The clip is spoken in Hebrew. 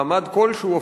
מעמד כלשהו,